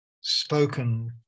spoken